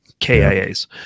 KIAs